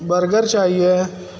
burger चाहिए है